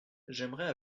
j’aimerais